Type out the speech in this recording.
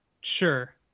Sure